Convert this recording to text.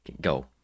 go